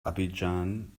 abidjan